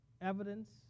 Evidence